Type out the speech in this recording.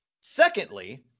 Secondly